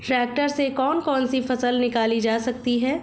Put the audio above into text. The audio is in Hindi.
ट्रैक्टर से कौन कौनसी फसल निकाली जा सकती हैं?